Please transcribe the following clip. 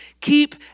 Keep